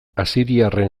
asiriarren